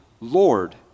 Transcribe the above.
Lord